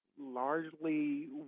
largely